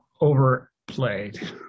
overplayed